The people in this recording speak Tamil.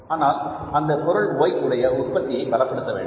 ஆனால் அந்த பொருள் Y உடைய உற்பத்தியை பலப்படுத்த வேண்டும்